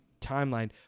timeline